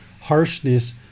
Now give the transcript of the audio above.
harshness